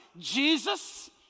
Jesus